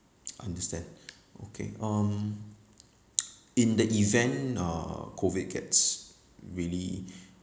understand okay um in the event uh COVID gets really